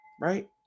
Right